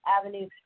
Avenue